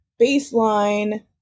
baseline